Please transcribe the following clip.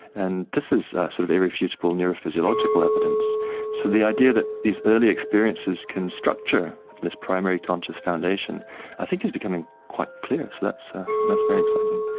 and this is sort of irrefutable neurophysiological evidence so the idea that these early experiences can structure this primary conscious foundation i think is becoming quite clear. so that's ah that's very exciting.